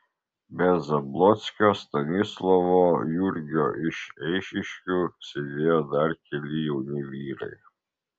be zablockio stanislovo jurgio iš eišiškių sėdėjo dar keli jauni vyrai